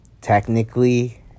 technically